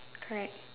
correct